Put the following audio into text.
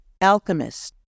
alchemist